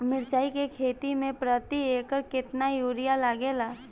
मिरचाई के खेती मे प्रति एकड़ केतना यूरिया लागे ला?